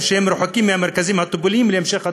שרחוקים מהמרכזים הטיפוליים להמשך טיפול,